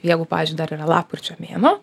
jeigu pavyzdžiui dar yra lapkričio mėnuo